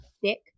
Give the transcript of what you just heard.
thick